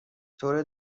طور